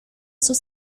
sus